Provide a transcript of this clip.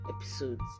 episodes